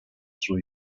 sua